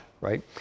right